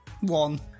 One